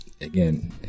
again